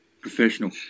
professional